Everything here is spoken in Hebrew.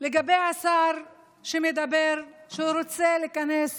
לגבי השר שמדבר שהוא רוצה להיכנס